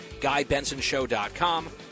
GuyBensonShow.com